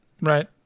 Right